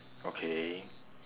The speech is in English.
okay